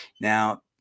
Now